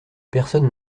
personne